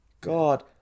God